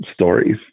stories